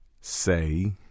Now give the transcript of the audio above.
Say